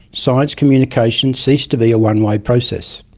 science communication ceased to be a one-way process.